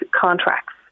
contracts